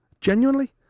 Genuinely